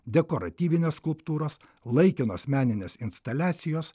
dekoratyvinės skulptūros laikinos meninės instaliacijos